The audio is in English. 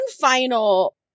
final